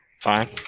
Fine